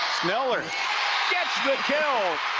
sneller gets the kill